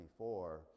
24